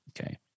Okay